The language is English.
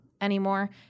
anymore